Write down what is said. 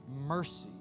mercy